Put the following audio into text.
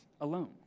alone